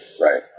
right